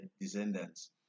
descendants